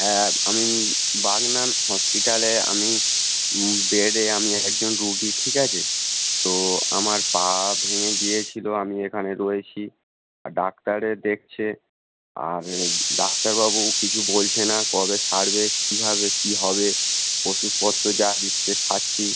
হ্যাঁ আমি বাগনান হসপিটালে আমি বেডে আমি একজন রোগী ঠিক আছে তো আমার পা ভেঙে গিয়েছিল আমি এখানে রয়েছি আর ডাক্তারে দেখছে আর এ ডাক্তারবাবু কিছু বলছে না কবে সারবে কীভাবে কী হবে ওষুধপত্র যা দিচ্ছে খাচ্ছি